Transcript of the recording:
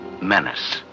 menace